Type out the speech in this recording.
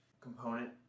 component